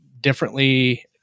differently